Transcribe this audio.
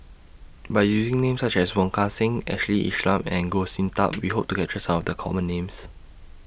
By using Names such as Wong Kan Seng Ashley and Goh Sin Tub We Hope to capture Some of The Common Names